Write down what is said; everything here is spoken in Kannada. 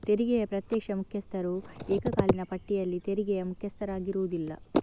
ತೆರಿಗೆಯ ಪ್ರತ್ಯೇಕ ಮುಖ್ಯಸ್ಥರು ಏಕಕಾಲೀನ ಪಟ್ಟಿಯಲ್ಲಿ ತೆರಿಗೆಯ ಮುಖ್ಯಸ್ಥರಾಗಿರುವುದಿಲ್ಲ